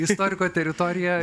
istoriko teritorija